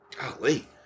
Golly